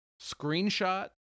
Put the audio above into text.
screenshot